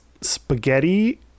spaghetti